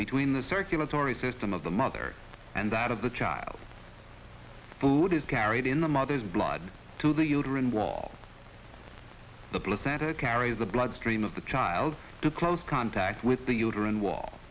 between the circulatory system of the mother and that of the child food is carried in the mother's blood to the uterine wall the placenta carries the bloodstream of the child to close contact with the uterine wall